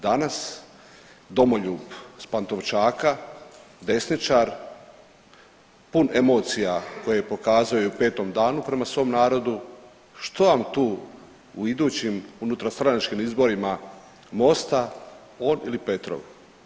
Danas, domoljub s Pantovčaka, desničar, pun emocija koje pokazuje u Petom danu prema svom narodu, što vam tu u idućim unutarstranačkim izborima Mosta, on ili Petrov?